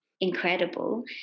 incredible